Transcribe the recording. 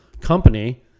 company